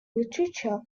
literature